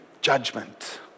judgment